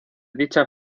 dicha